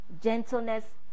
Gentleness